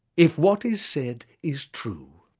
if what is said is true.